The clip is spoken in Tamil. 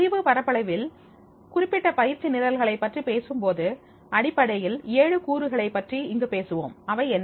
அறிவு பரப்பளவில் குறிப்பிட்ட பயிற்சி நிரல்களை பற்றி பேசும் போது அடிப்படையில் ஏழு கூறுகளைப் பற்றி இங்கு பேசுவோம் அவை என்ன